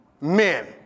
Men